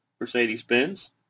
Mercedes-Benz